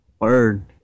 Word